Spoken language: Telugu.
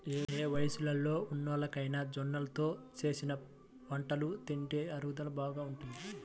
ఏ వయస్సులో ఉన్నోల్లకైనా జొన్నలతో చేసిన వంటలు తింటే అరుగుదల బాగా ఉంటది